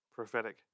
prophetic